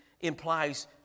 implies